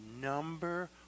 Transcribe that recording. number